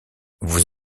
vous